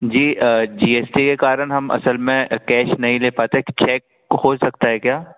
जी GST के कारण हम असल में कैश नहीं ले पाते हैं तो चेक हो सकता है क्या